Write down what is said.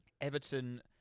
Everton